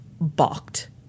balked